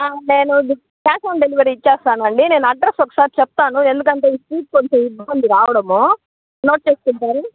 నేను cash on delivery ఇచ్చేస్తానండి నేను అడ్రస్ ఒకసారి చెప్తాను ఎందుకంటే ఈ స్ట్రీట్ కొంచెం ఇబ్బంది రావడం నోట్ చేసుకుంటారా నోట్ చేసుకుంటారా